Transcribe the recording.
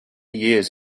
years